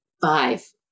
five